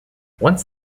once